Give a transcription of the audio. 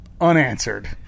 unanswered